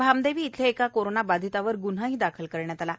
भामदेवी येथील एका कोरोना बाधितावर ग्न्हा दाखल करण्यात आला आहे